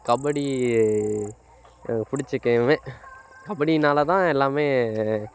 கபடி பிடிச்ச கேமு கபடியினால தான் எல்லாம்